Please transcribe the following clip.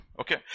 Okay